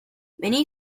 many